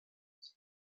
piece